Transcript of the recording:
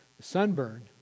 sunburn